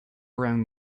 around